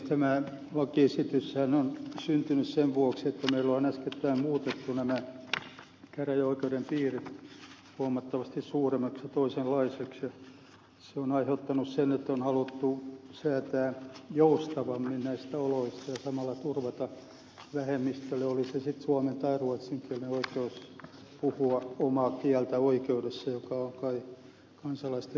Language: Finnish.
tämä lakiesityshän on syntynyt sen vuoksi että meillä on äskettäin muutettu nämä käräjäoikeuden piirit huomattavasti suuremmiksi ja toisenlaisiksi ja se on aiheuttanut sen että on haluttu säätää joustavammin näistä oloista ja samalla turvata vähemmistölle oli se sitten suomen tai ruotsinkielinen oikeus puhua omaa kieltä oikeudessa mikä on kai kansalaisten perusoikeus